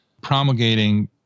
promulgating